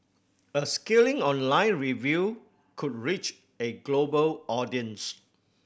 a scathing online review could reach a global audience